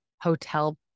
Hotel